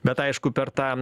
bet aišku per tą